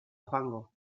joango